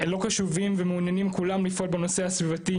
לא קשובים ומעוניינים כולם לפעול בנושא הסביבתי,